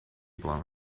blown